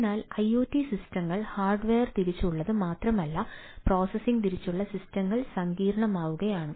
അതിനാൽ ഐഒടി സിസ്റ്റങ്ങൾ ഹാർഡ്വെയർ തിരിച്ചുള്ളത് മാത്രമല്ല പ്രോസസ്സിംഗ് തിരിച്ചുള്ള സിസ്റ്റങ്ങൾ സങ്കീർണ്ണമാവുകയാണ്